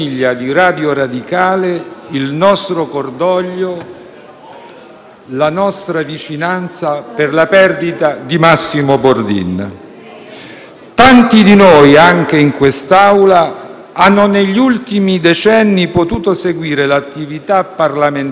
la nostra vicinanza per la perdita di Massimo Bordin. Tanti di noi anche in quest'Aula, negli ultimi decenni hanno potuto seguire l'attività parlamentare (e non solo) attraverso la sua voce.